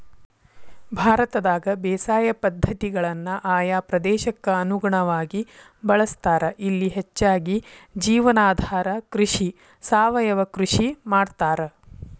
ಭಾರತದಾಗ ಬೇಸಾಯ ಪದ್ಧತಿಗಳನ್ನ ಆಯಾ ಪ್ರದೇಶಕ್ಕ ಅನುಗುಣವಾಗಿ ಬಳಸ್ತಾರ, ಇಲ್ಲಿ ಹೆಚ್ಚಾಗಿ ಜೇವನಾಧಾರ ಕೃಷಿ, ಸಾವಯವ ಕೃಷಿ ಮಾಡ್ತಾರ